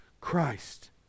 christ